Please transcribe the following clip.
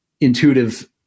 intuitive